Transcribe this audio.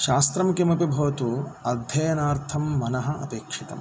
शास्त्रं किमपि भवतु अध्ययनार्थं मनः अपेक्षितं